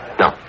No